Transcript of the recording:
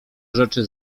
rzeczy